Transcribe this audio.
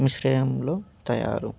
మిశ్రయంలో తయారు